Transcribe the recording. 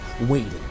waiting